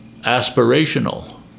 aspirational